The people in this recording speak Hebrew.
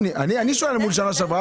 אני שואל מול שנה שעברה.